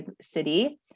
city